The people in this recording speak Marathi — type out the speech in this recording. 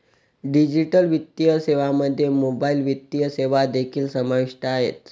डिजिटल वित्तीय सेवांमध्ये मोबाइल वित्तीय सेवा देखील समाविष्ट आहेत